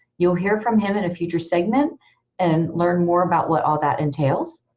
you'll hear from him in a future segment and learn more about what all that entails.